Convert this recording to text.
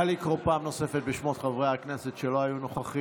בעד נא לקרוא פעם נוספת בשמות חברי הכנסת שלא היו נוכחים.